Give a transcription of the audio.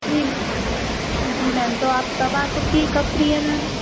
जी ma'am जी ma'am तो आप कब आ सकती हैं कब फ्री हैं मैम